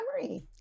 memory